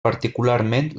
particularment